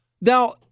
Now